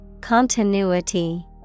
Continuity